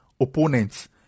opponents